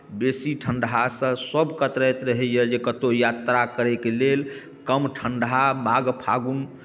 बेसी ठंढासँ सभ कतराइत रहैए जे कतहु यात्रा करैके लेल कम ठंढा माघ फाल्गुन